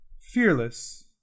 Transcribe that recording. fearless